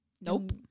nope